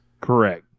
Correct